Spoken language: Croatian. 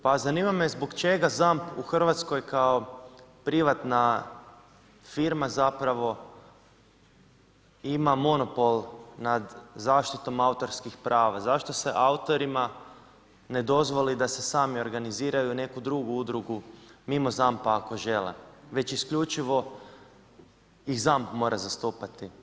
Pa zanima me zbog čega … u Hrvatskoj kao privatna firma zapravo ima monopol nad zaštitom autorskih prava, zašto se autorima ne dozvoli da se sami organiziraju na neku drugu udrugu mimo ZAMP-a ako žele, već isključivo i ZAMP mora zastupati.